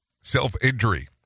self-injury